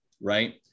right